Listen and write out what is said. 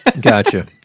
Gotcha